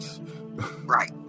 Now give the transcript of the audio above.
right